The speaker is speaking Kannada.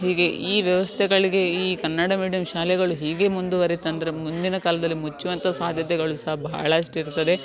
ಹೀಗೆ ಈ ವ್ಯವಸ್ಥೆಗಳಿಗೆ ಈ ಕನ್ನಡ ಮೀಡಿಯಮ್ ಶಾಲೆಗಳು ಹೀಗೆ ಮುಂದುವರಿತಂದ್ರೆ ಮುಂದಿನ ಕಾಲದಲ್ಲಿ ಮುಚ್ಚುವಂಥ ಸಾಧ್ಯತೆಗಳು ಸಹ ಬಹಳಷ್ಟಿರ್ತದೆ